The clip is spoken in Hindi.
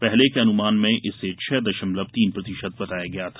पहले के अनुमान में इसे छह दशमलव तीन प्रतिशत बताया गया था